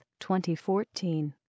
2014